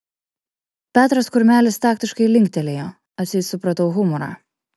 petras kurmelis taktiškai linktelėjo atseit supratau humorą